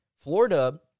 Florida